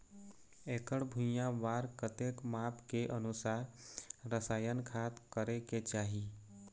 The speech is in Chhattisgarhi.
एकड़ भुइयां बार कतेक माप के अनुसार रसायन खाद करें के चाही?